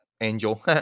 angel